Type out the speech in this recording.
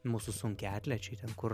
mūsų sunkiaatlečiai ten kur